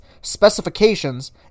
specifications